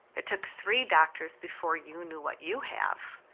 it took three doctors before you knew what you have.